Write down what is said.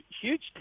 huge